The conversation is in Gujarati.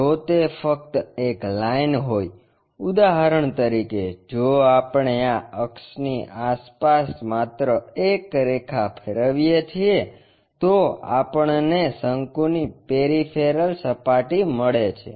જો તે ફક્ત એક લાઇન હોય ઉદાહરણ તરીકે જો આપણે આ અક્ષની આસપાસ માત્ર એક રેખા ફેરવીએ છે તો આપણને શંકુની પેરિફેરલ સપાટી મળે છે